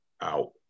out